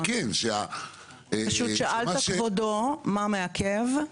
כן אני שמח --- פשוט, כבודו, שאלת מה מעכב.